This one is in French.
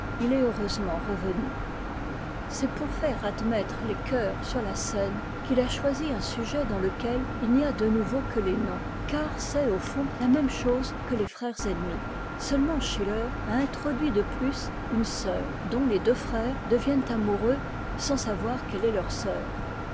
il est heureusement revenu c'est pour faire admettre les chœurs sur la scène qu'il a choisi un sujet dans lequel il n'y a de nouveau que les noms car c'est au fond la même chose que les rerm ennemis seulement schiller a introduit de plus une sœur dont les deux frères deviennent amoureux sans savoir qu'elle est leur sœur